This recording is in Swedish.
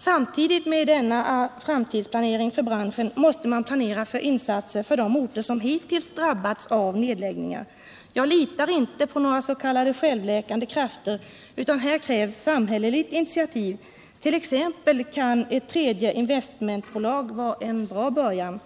Samtidigt med denna framtidsplanering för branschen måste man planera för insatser på de orter som hittills drabbats av nedläggningar. Jag litar inte på några s.k. självläkande krafter, utan här krävs samhälleligt initiativ. Ett tredje investmentbolag kan t.ex. vara en god början.